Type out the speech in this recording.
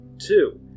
Two